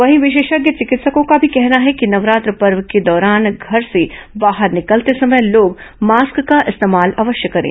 वहीं विशेषज्ञ चिकित्सकों का भी कहना है कि नवरात्र पर्व के दौरान घर से बाहर निकलते समय लोग मास्क का इस्तेमाल अवश्य करें